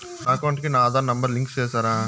నా అకౌంట్ కు నా ఆధార్ నెంబర్ లింకు చేసారా